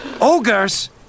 Ogres